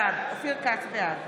בעד